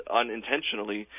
unintentionally